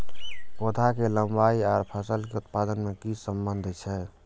पौधा के लंबाई आर फसल के उत्पादन में कि सम्बन्ध छे?